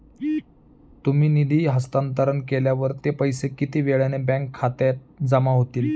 तुम्ही निधी हस्तांतरण केल्यावर ते पैसे किती वेळाने बँक खात्यात जमा होतील?